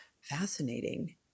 fascinating